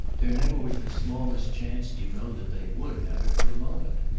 there never was the smallest chance, do you know, that they would have it for a moment.